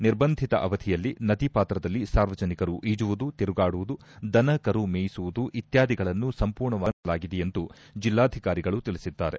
ನಿರ್ಬಂಧಿತ ಅವಧಿಯಲ್ಲಿ ನದಿ ಪಾತ್ರದಲ್ಲಿ ಸಾರ್ವಜನಿಕರು ಈಜುವುದು ತಿರುಗಾಡುವುದು ದನಕರು ಮೇಯಿಸುವುದು ಇತ್ಯಾದಿಗಳನ್ನು ಸಂಪೂರ್ಣವಾಗಿ ನಿರ್ಭಂಧಿಸಲಾಗಿದೆ ಎಂದು ಜೆಲ್ಲಾಧಿಕಾರಿಗಳು ತಿಳಿಸಿದ್ದಾರೆ